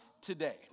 today